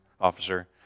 Officer